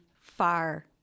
far